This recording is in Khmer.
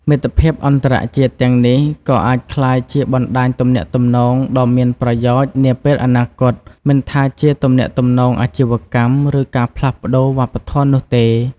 មិត្តភាពអន្តរជាតិទាំងនេះក៏អាចក្លាយជាបណ្ដាញទំនាក់ទំនងដ៏មានប្រយោជន៍នាពេលអនាគត មិនថាជាទំនាក់ទំនងអាជីវកម្ម ឬការផ្លាស់ប្ដូរវប្បធម៌នោះទេ។